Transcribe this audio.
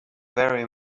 very